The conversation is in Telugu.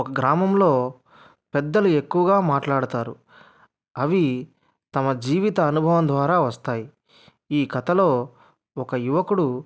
ఒక గ్రామంలో పెద్దలు ఎక్కువగా మాట్లాడతారు అవి తమ జీవిత అనుభవం ద్వారా వస్తాయి ఈ కథలో ఒక యువకుడు